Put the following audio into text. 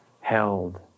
held